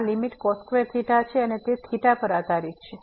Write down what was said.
તેથી આ લીમીટ છે અને તે પર આધારીત છે